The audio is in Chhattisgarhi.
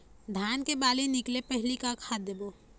धान के बाली निकले पहली का खाद देबो?